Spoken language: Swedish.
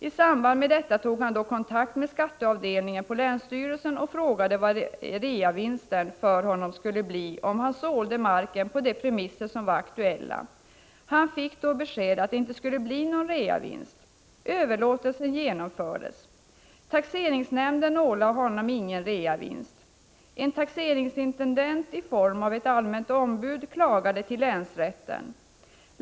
I samband med detta tog han kontakt med skatteavdelningen på länsstyrelsen och frågade vad reavinstskatten skulle bli om han sålde marken på de premisser som var aktuella. Han fick då besked om att det inte skulle bli någon reavinstskatt. Överlåtelsen genomfördes. Taxeringsnämnden ålade honom ingen reavinstskatt. En taxeringsintendent — i form av ett allmänt ombud — klagade till länsrätten.